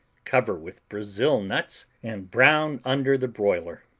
cover with brazil nuts and brown under the broiler.